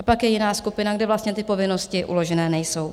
A pak je jiná skupina, kde vlastně ty povinnosti uložené nejsou.